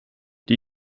die